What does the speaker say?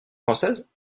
française